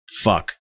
fuck